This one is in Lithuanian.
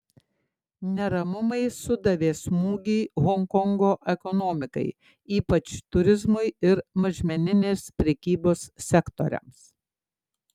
neramumai sudavė smūgį honkongo ekonomikai ypač turizmui ir mažmeninės prekybos sektoriams